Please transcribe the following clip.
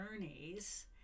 journeys